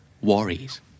worries